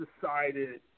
decided